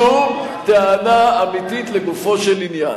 שום טענה אמיתית לגופו של עניין.